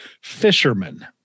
fisherman